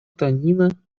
танина